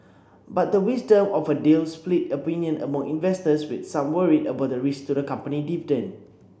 but the wisdom of a deal split opinion among investors with some worried about the risk to the company's